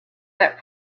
that